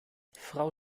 frau